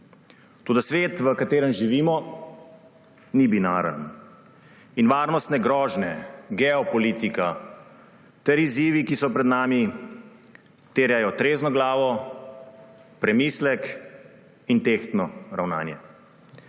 Toda svet, v katerem živimo, ni binaren in varnostne grožnje, geopolitika ter izzivi, ki so pred nami, terjajo trezno glavo, premislek in tehtno ravnanje.